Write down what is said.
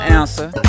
answer